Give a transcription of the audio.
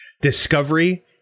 Discovery